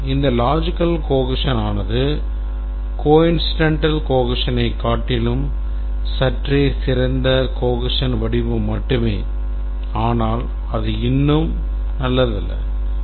மேலும் இந்த logical cohesion ஆனது coincidental cohesionஐ காட்டிலும் சற்றே சிறந்த cohesion வடிவம் மட்டுமே ஆனால் அது இன்னும் நல்லதல்ல